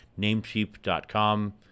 Namecheap.com